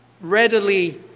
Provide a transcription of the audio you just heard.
readily